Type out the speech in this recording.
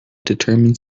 determine